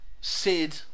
Sid